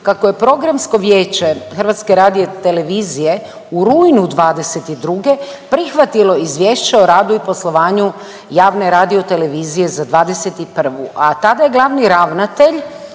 kako je programsko vijeće HRT-a u rujnu '22. prihvatilo izvješće o radu i poslovanju javne radio-televizije za '21., a tada je glavni ravnatelj